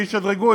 וישדרגו,